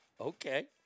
Okay